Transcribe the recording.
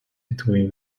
between